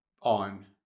on